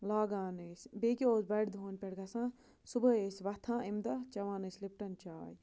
لاگان ٲسۍ بیٚیہِ کیاہ اوس بَڑِ دۄہَن پٮ۪ٹھ گژھان صُبحٲے ٲسۍ وۄتھان اَمہِ دۄہ چٮ۪وان ٲسۍ لِپٹَن چاے